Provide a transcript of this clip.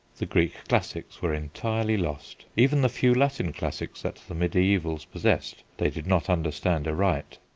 the greek classics were entirely lost. even the few latin classics that the mediaevals possessed, they did not understand aright.